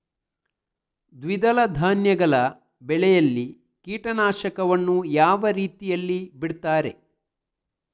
ದ್ವಿದಳ ಧಾನ್ಯಗಳ ಬೆಳೆಯಲ್ಲಿ ಕೀಟನಾಶಕವನ್ನು ಯಾವ ರೀತಿಯಲ್ಲಿ ಬಿಡ್ತಾರೆ?